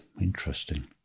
interesting